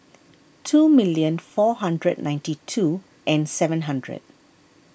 two million four hundred ninety two and seven hundred